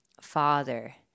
father